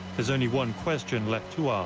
there's only one question left to ah